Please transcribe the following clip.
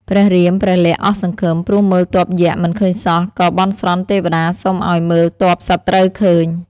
ព្រះរាម ព្រះលក្សណ៍អស់សង្ឃឹម ព្រោះមើលទ័ពយក្សមិនឃើញសោះ ក៏បន់ស្រន់ទេវតាសុំឱ្យមើលទ័ពសត្រូវឃើញ។